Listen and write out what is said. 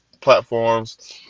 platforms